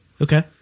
Okay